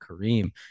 Kareem